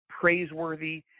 praiseworthy